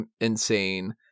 insane